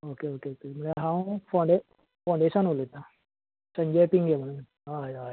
okay okay म्हळ्यार हांव फोंडे फोंडेसान उलयतां संजय पिंगे म्हणून हय हय हय